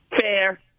Fair